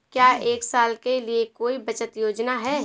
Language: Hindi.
क्या एक साल के लिए कोई बचत योजना है?